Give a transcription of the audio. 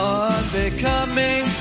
unbecoming